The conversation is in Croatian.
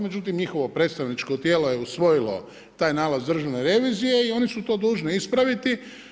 Međutim, njihovo predstavničko tijelo je usvojilo taj nalaz državne revizije i oni su to dužni ispraviti.